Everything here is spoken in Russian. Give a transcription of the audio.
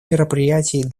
мероприятий